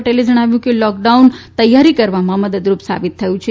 પટેલે જણાવ્યું કે લોકડાઉન તૈયારી કરવામાં મદદરૂપ સાબીત થયું છે